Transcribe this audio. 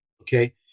okay